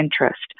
interest